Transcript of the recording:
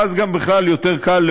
ואז גם בכלל יותר קל,